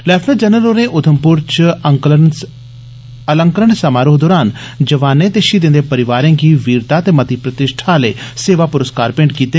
lieutenant general होरें उधमपुर च अलंकरण समारोह दौरन जवानें ते षहीदें दे परोआरें गी वीरता ते मती प्रतिश्ठा आह्ले सेवा पुरस्कार भेंट कीते